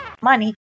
Money